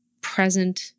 present